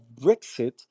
Brexit